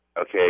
okay